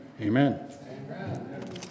amen